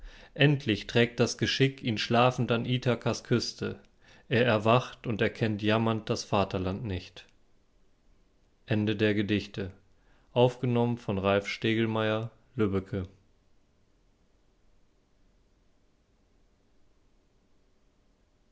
endlich trägt das geschick ihn schlafend an ithakas küste er erwacht und erkennt jammernd das vaterland nicht